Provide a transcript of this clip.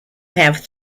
have